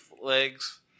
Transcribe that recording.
legs